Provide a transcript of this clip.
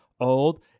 old